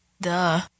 Duh